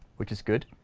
which is good.